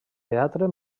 teatre